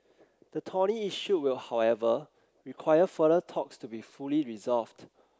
the thorny issue will however require further talks to be fully resolved